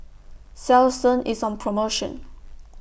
Selsun IS on promotion